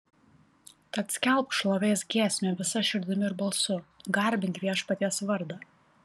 tad skelbk šlovės giesmę visa širdimi ir balsu garbink viešpaties vardą